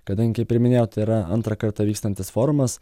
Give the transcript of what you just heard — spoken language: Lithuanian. kadangi kaip ir minėjot tai yra antrą kartą vykstantis forumas